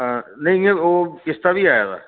हां नेईं ओह् पिस्ता बी आए दा